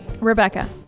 Rebecca